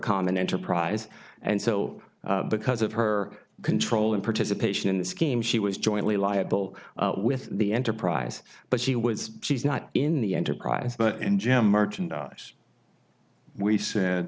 common enterprise and so because of her control and participation in the scheme she was jointly liable with the enterprise but she was she's not in the enterprise but and jim merchandise we said